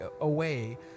away